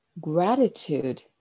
Gratitude